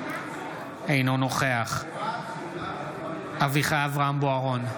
אינו נוכח אביחי אברהם בוארון,